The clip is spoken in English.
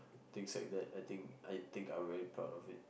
things like that I think I think I'm very proud of it